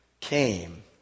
came